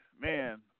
Man